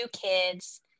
kids